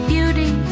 Beauty